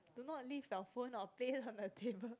do not leave your phone or play it on the table